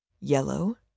yellow